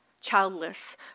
childless